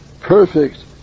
perfect